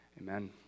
Amen